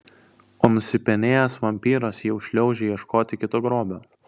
o nusipenėjęs vampyras jau šliaužia ieškoti kito grobio